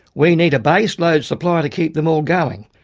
we need a base load supply to keep them all going.